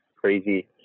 crazy